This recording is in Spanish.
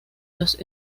los